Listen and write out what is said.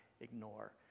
ignore